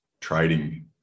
trading